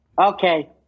Okay